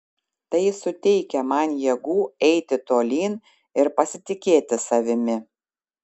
tai suteikia man jėgų eiti tolyn ir pasitikėti savimi